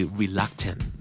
reluctant